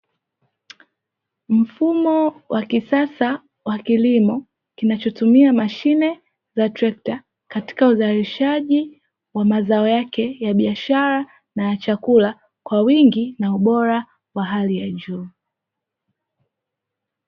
Mfumo wa kisasa wa kilimo kinachotumia mashine za trekta katika uzalishaji wa mazao yake ya biashara na chakula kwa wingi na ubora wa Hali ya juu.